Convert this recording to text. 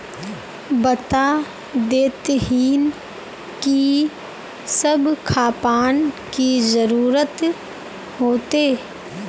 बता देतहिन की सब खापान की जरूरत होते?